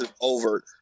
overt